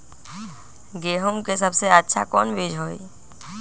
गेंहू के सबसे अच्छा कौन बीज होई?